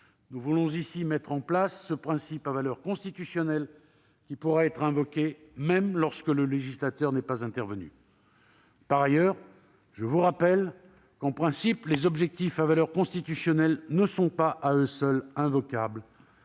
Nous voulons ici mettre en place un principe à valeur constitutionnelle, qui pourra être invoqué même lorsque le législateur n'est pas intervenu. Par ailleurs, je vous rappelle que les objectifs à valeur constitutionnelle ne sont théoriquement pas invocables